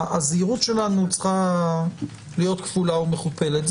הזהירות שלנו צריכה להיות כפולה ומכופלת.